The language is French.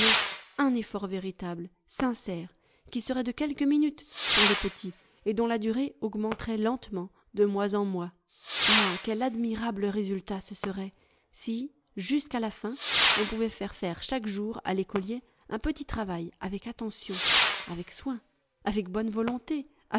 un effort véritable sincère qui serait de quelques minutes pour les petits et dont la durée augmenterait lentement de mois en mois ah quel admirable résultat ce serait si jusqu'à la fin on pouvait faire faire chaque jour à l'écolier un petit travail avec attention avec soin avec bonne volonté